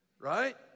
Right